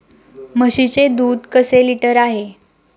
म्हशीचे दूध कसे लिटर आहे?